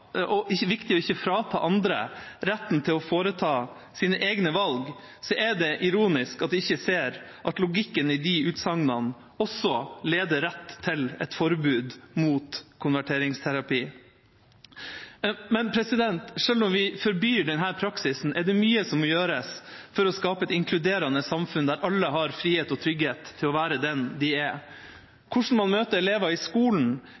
å ikke frata andre retten til å foreta egne valg, er det ironisk at de ikke ser at logikken i de utsagnene også leder rett til et forbud mot konverteringsterapi. Selv om vi forbyr den praksisen, er det mye som må gjøres for å skape et inkluderende samfunn der alle har frihet og trygghet til å være den de er. Hvordan man møter elever i skolen,